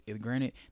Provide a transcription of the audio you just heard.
granted